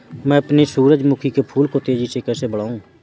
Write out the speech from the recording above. मैं अपने सूरजमुखी के फूल को तेजी से कैसे बढाऊं?